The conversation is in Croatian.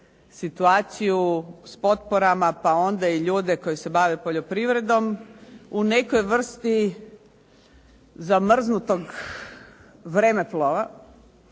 situaciju s potporama, pa onda i ljude koji se bave poljoprivredom u nekoj vrsti zamrznutog vremeplova